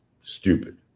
stupid